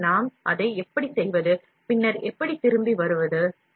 எனவே நாம் அதை எப்படி செய்வது பின்னர் எப்படி திரும்பி வருவது